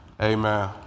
Amen